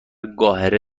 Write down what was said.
قاهره